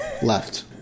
Left